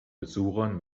besuchern